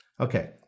Okay